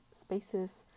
spaces